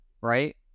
right